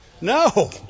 No